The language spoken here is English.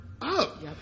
up